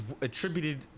attributed